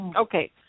Okay